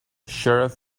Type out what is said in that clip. sheriff